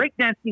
breakdancing